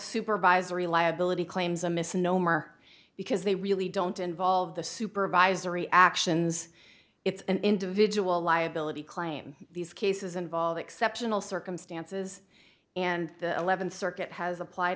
supervisory liability claims a misnomer because they really don't involve the supervisory actions it's an individual liability claim these cases involve exceptional circumstances and the eleventh circuit has applied